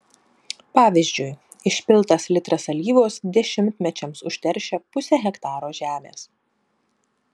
pavyzdžiui išpiltas litras alyvos dešimtmečiams užteršia pusę hektaro žemės